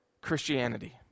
Christianity